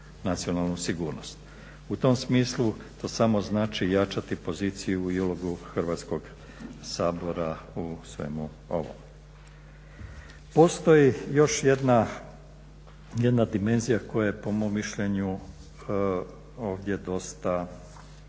U tom smislu to samo znači jačati poziciju i ulogu Hrvatskog sabora u svemu ovome. Postoji još jedna dimenzija koja je po mom mišljenju ovdje dosta